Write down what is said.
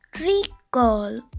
recall